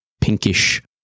pinkish